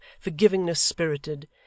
forgivingness-spirited